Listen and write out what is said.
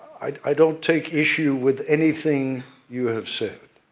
i don't take issue with anything you have said.